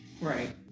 Right